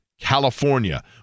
California